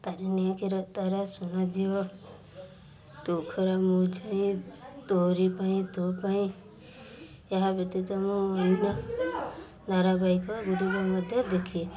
ତାରିଣୀ ଆଖିର ତାରା ସୁନାଝିଅ ତୁ ଖରା ମୁଁ ଛାଇ ତୋରି ପାଇଁ ତୋ ପାଇଁ ଏହା ବ୍ୟତୀତ ମୁଁ ଅନ୍ୟ ଧାରାବାହିକ ଗୁଡ଼ିକ ମଧ୍ୟ ଦେଖେ